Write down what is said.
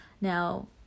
Now